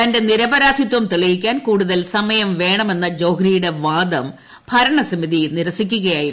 തന്റെ നിരപരാധിത്വം തെളിയിക്കാൻ കൂടുതൽ സമയം വേണമെന്ന ജോഹ്രിയുടെ വാദം ഭരണസമിതി നിരസിക്കുകയായിരുന്നു